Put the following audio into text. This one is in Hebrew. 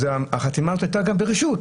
החתימה הייתה ברשות,